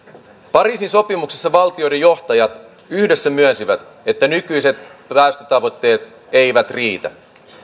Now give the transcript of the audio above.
pariisin sopimuksessa valtioiden johtajat yhdessä myönsivät että nykyiset päästötavoitteet eivät riitä